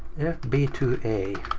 f b two a.